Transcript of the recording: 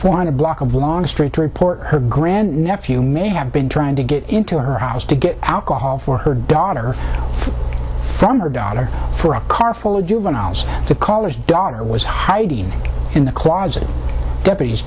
hundred block of long street to report her grand nephew may have been trying to get into her house to get alcohol for her daughter from her daughter for a car full of juveniles to college daughter was hiding in the closet deputies